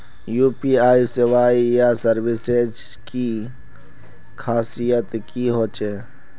UPI सेवाएँ या services की खासियत की होचे?